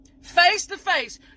face-to-face